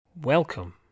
Welcome